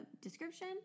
description